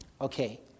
Okay